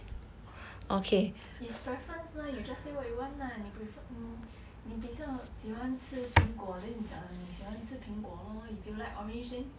is preference mah you just say what you want lah 你比较喜欢吃苹果 then 你讲你喜欢吃苹果 lor if you like orange then